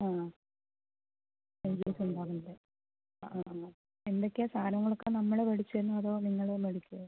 ആ അഞ്ചുദിവസം ഉണ്ടാവുവല്ലേ ആ ആ എന്തൊക്കെയാണ് സാധനങ്ങളൊക്കെ നമ്മൾ മേടിച്ചു തരണോ അതോ നിങ്ങൾ മേടിക്കുവോ